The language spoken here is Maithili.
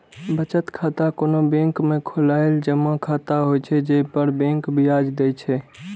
बचत खाता कोनो बैंक में खोलाएल जमा खाता होइ छै, जइ पर बैंक ब्याज दै छै